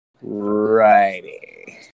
Righty